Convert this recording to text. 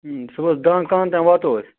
صُبَحس دَہَن کاہَن تانۍ واتو أسۍ